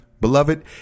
Beloved